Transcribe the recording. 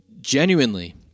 Genuinely